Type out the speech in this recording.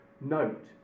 note